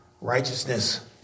Righteousness